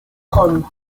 rome